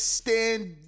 stand